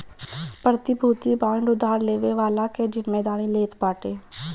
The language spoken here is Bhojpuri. प्रतिभूति बांड उधार लेवे वाला कअ जिमेदारी लेत बाटे